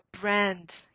brand